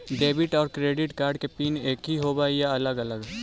Debit और credit card के pin एकही होव हइ या अलग अलग?